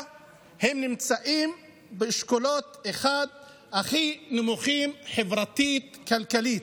הם נמצאים באשכולות הכי נמוכים חברתית-כלכלית.